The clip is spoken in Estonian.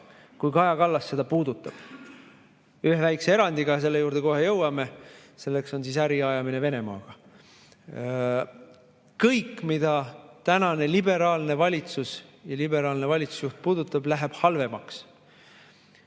kui Kaja Kallas seda puudutab. Ühe väikse erandiga ja selle juurde kohe jõuame: see on äriajamine Venemaaga. Kõik [muu], mida tänane liberaalne valitsus ja liberaalne valitsusjuht puudutab, läheb halvemaks. Tuldi